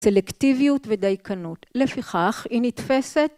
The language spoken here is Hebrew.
סלקטיביות ודייקנות לפיכך היא נתפסת